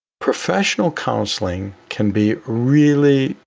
professional counseling can be really,